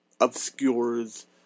obscures